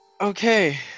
Okay